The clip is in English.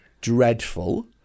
dreadful